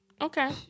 Okay